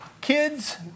Kids